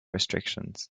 restrictions